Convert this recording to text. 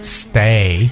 stay